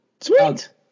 Sweet